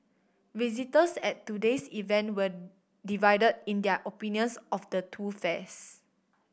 visitors at today's event were divided in their opinions of the two fairs